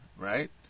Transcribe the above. right